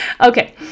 Okay